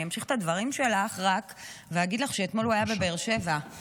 אני אמשיך את הדברים שלך ואגיד לך שאתמול הוא היה בבאר שבע.